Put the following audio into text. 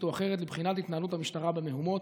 או אחרת לבחינת התנהלות המשטרה במהומות?